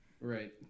right